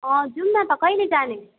अँ जाऔँ न त कहिले जाने